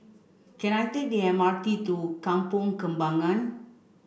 can I take the M R T to Kampong Kembangan